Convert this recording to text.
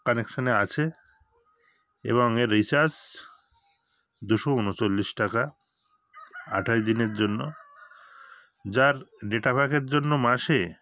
কানেকশনে আছে এবং এর রিচার্জ দুশো উনচল্লিশ টাকা আটাশ দিনের জন্য যার ডেটা প্যাকের জন্য মাসে